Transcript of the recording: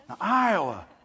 Iowa